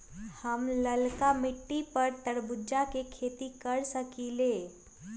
हम लालका मिट्टी पर तरबूज के खेती कर सकीले?